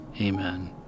Amen